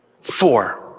Four